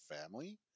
family